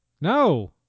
No